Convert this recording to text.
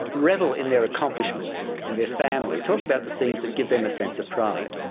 revel in their accomplishments, in their family. talk about the things that give them a sense of pride.